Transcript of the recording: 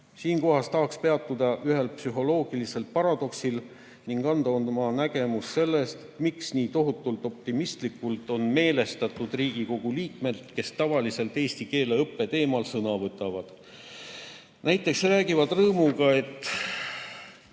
Siinkohal tahaksin peatuda ühel psühholoogilisel paradoksil ning anda oma nägemuse sellest, miks nii tohutult optimistlikult on meelestatud Riigikogu liikmed, kes tavaliselt eesti keele õppe teemal sõna võtavad. Näiteks räägivad nad rõõmuga, et